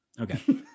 Okay